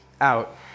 out